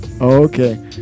okay